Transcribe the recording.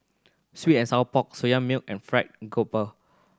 sweet and sour pork Soya Milk and Fried Garoupa